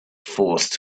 forced